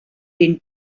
den